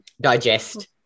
digest